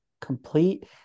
complete